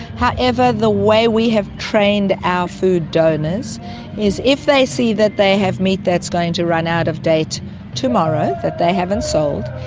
however, the way we have trained our food donors is if they see that they have meat that's going to run out of date tomorrow that they haven't sold,